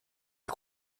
est